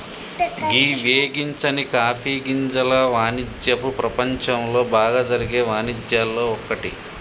గీ వేగించని కాఫీ గింజల వానిజ్యపు ప్రపంచంలో బాగా జరిగే వానిజ్యాల్లో ఒక్కటి